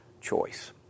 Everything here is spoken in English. choice